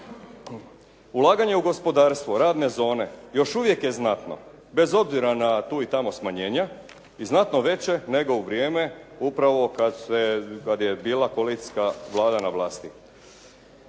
Ulaganje u gospodarstvo, radne zone, još uvijek je znatno bez obzira na tu i tamo smanjenja i znatno veće nego u vrijeme upravo kada je bila koalicijska Vlada na vlasti.